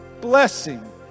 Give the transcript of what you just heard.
blessing